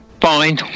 Fine